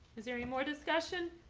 is there any more discussion?